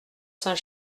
saint